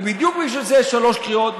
ובדיוק בשביל זה יש שלוש קריאות.